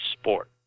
sport